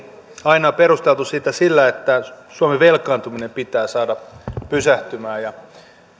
aina on perusteltu sitä sillä että suomen velkaantuminen pitää saada pysähtymään